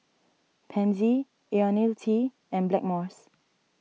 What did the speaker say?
Pansy Ionil T and Blackmores